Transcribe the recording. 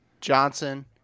Johnson